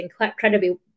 incredibly